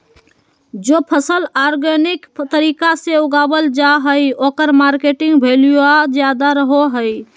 जे फसल ऑर्गेनिक तरीका से उगावल जा हइ ओकर मार्केट वैल्यूआ ज्यादा रहो हइ